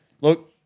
Look